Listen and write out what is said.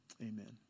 amen